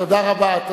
תודה רבה.